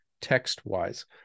text-wise